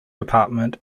department